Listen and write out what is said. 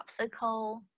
popsicle